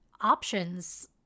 options